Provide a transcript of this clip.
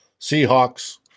Seahawks